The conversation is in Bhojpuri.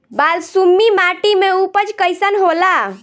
बालसुमी माटी मे उपज कईसन होला?